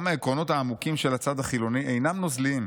גם העקרונות העמוקים של הצד החילוני אינם נוזליים,